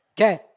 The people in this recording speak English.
Okay